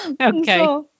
Okay